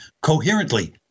coherently